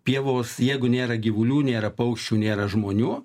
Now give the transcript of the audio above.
pievos jeigu nėra gyvulių nėra paukščių nėra žmonių